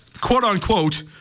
quote-unquote